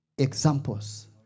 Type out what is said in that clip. Examples